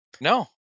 No